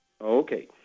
Okay